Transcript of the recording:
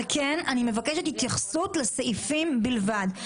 על כן אני מבקשת התייחסות לסעיפים בלבד.